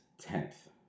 tenth